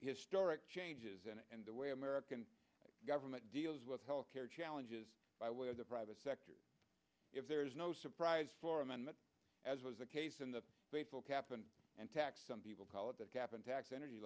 historic changes and the way american government deals with health care challenges by way of the private sector if there is no surprise for amendment as was the case in the baseball cap and tax some people call it the cap and tax energy